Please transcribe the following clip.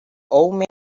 old